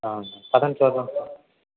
పదండి చూద్దాము